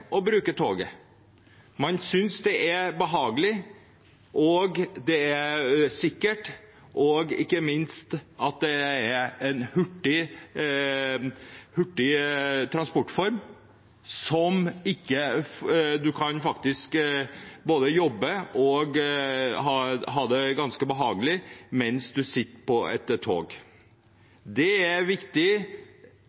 å bruke toget. Man synes det er behagelig og sikkert, og ikke minst at det er en hurtig transportform der man kan både jobbe og ha det ganske behagelig mens man sitter på